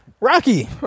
Rocky